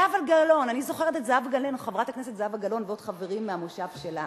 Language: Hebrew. זהבה גלאון אני זוכרת את חברת הכנסת זהבה גלאון ועוד חברים מהמושב שלה,